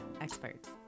experts